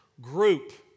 group